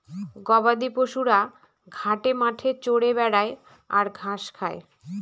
গবাদি পশুরা ঘাটে মাঠে চরে বেড়ায় আর ঘাস খায়